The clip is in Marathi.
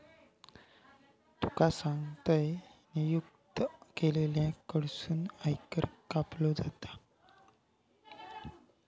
तुका सांगतंय, नियुक्त केलेल्या कडसून आयकर कापलो जाता